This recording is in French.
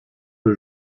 peu